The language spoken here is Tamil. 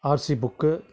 RC book